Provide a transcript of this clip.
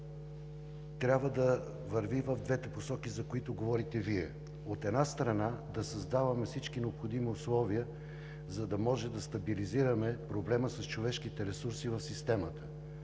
трябва да върви и в двете посоки, за които говорите Вие. От една страна, да създаваме всички необходими условия, за да може да стабилизираме проблема с човешките ресурси в системата.